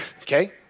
okay